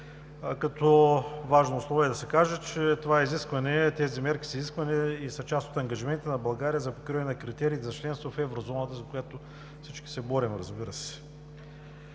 като важно условие е да се каже, че тези мерки са изискване и са част от ангажимента на България за покриване на критериите за членство в Еврозоната, за която всички се борим. Според